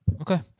Okay